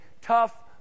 tough